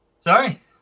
Sorry